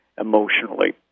emotionally